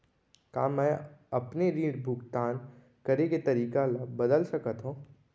का मैं अपने ऋण भुगतान करे के तारीक ल बदल सकत हो?